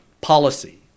policy